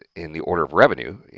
in the order of revenue,